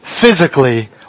physically